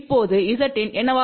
இப்போது Zin என்னவாக இருக்கும்